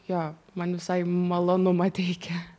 jo man visai malonumą teikia